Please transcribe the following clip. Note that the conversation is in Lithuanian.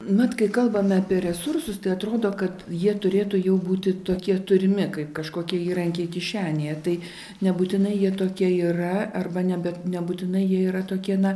mat kai kalbame apie resursus tai atrodo kad jie turėtų jau būti tokie turimi kaip kažkokie įrankiai kišenėje tai nebūtinai jie tokie yra arba ne bet nebūtinai jie yra tokie na